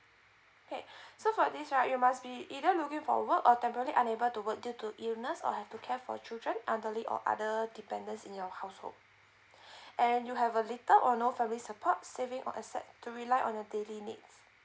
okay so for this right you must be either looking for work or temporary unable to work due to illness or have to care for children elderly or other dependence in your household and you have a little or no family support savings or asset to rely on a daily needs